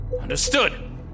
Understood